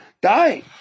die